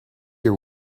your